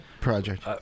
project